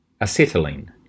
acetylene